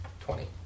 Twenty